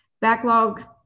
backlog